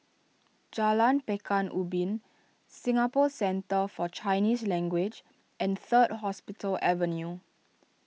Jalan Pekan Ubin Singapore Centre for Chinese Language and Third Hospital Avenue